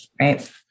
right